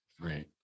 Right